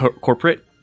corporate